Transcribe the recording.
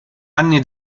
anni